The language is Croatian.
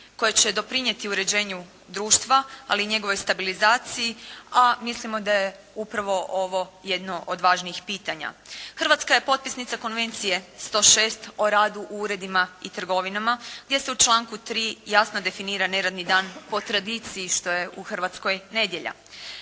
koje će doprinijeti uređenju društva, ali i njegovoj stabilizaciji, a mislimo da je upravo ovo jedno od važnijih pitanja. Hrvatska je potpisnica Konvencije 106. o radu u uredima i trgovinama, gdje se u članku 3. jasno definira neradni dan po tradiciji što je u Hrvatskoj nedjelja.